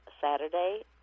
Saturday